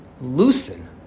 loosen